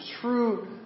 true